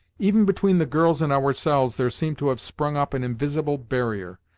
even between the girls and ourselves there seemed to have sprung up an invisible barrier.